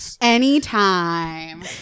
anytime